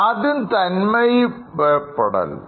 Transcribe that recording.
ആദ്യം തന്മയിഭാവം പെടൽ